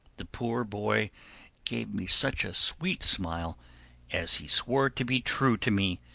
the poor boy gave me such a sweet smile as he swore to be true to me,